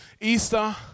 Easter